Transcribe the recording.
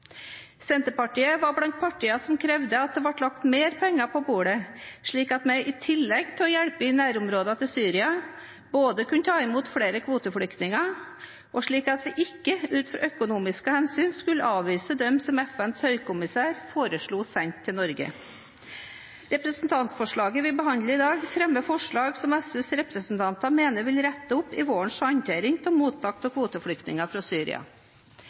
Senterpartiet var blant partiene som krevde at det ble lagt mer penger på bordet, slik at vi i tillegg til å hjelpe i nærområdene til Syria kunne ta imot flere kvoteflyktninger, og slik at vi ikke ut fra økonomiske hensyn skulle avvise dem som FNs høykommissær foreslo sendt til Norge. Representantforslaget vi behandler i dag, fremmer forslag som SVs representanter mener vil rette opp i vårens håndtering av mottaket av kvoteflyktninger fra Syria.